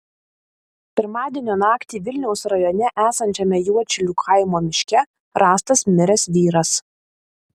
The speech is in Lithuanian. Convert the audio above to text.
pirmadienio naktį vilniaus rajone esančiame juodšilių kaimo miške rastas miręs vyras